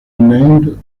named